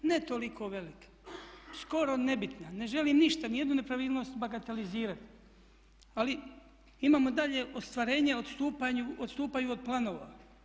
Ne toliko velika, skoro nebitna, ne želim ništa, ni jednu nepravilnost bagatelizirati, ali imamo dalje ostvarenja odstupaju od planova.